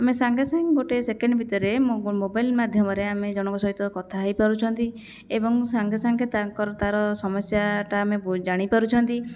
ଆମେ ସାଙ୍ଗେ ସାଙ୍ଗେ ଗୋଟେ ସେକେଣ୍ଡ ଭିତରେ ମୋବାଇଲ୍ ମାଧ୍ୟମରେ ଆମେ ଜଣଙ୍କ ସହିତ କଥା ହେଇପାରୁଛନ୍ତି ଏବଂ ସାଙ୍ଗେ ସାଙ୍ଗେ ତାଙ୍କର ତାର ସମସ୍ୟାଟା ଆମେ ଜାଣିପାରୁଛନ୍ତି